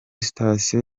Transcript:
sitasiyo